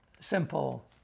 simple